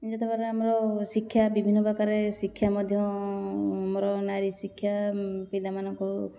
ଯେତେବେଳେ ଆମର ଶିକ୍ଷା ବିଭିନ୍ନପ୍ରକାର ଶିକ୍ଷା ମଧ୍ୟ ଆମର ନାରୀ ଶିକ୍ଷା ପିଲାମାନଙ୍କ